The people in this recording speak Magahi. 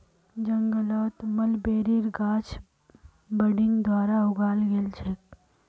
जंगलत मलबेरीर गाछ बडिंग द्वारा उगाल गेल छेक